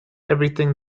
everything